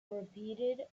repeated